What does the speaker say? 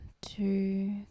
two